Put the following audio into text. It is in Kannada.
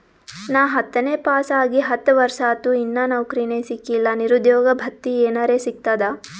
ನಾ ಹತ್ತನೇ ಪಾಸ್ ಆಗಿ ಹತ್ತ ವರ್ಸಾತು, ಇನ್ನಾ ನೌಕ್ರಿನೆ ಸಿಕಿಲ್ಲ, ನಿರುದ್ಯೋಗ ಭತ್ತಿ ಎನೆರೆ ಸಿಗ್ತದಾ?